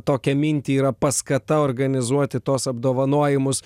tokią mintį yra paskata organizuoti tuos apdovanojimus